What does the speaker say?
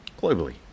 globally